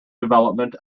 development